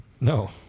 No